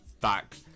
back